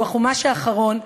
שהוא החומש האחרון,